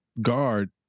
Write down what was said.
guard